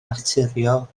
naturiol